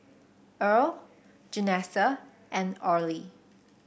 Irl Janessa and Orley